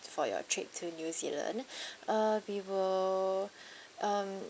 for your trip to new zealand uh we will um